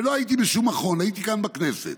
ולא הייתי בשום מכון, הייתי כאן בכנסת.